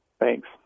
Thanks